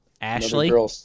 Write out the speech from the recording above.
Ashley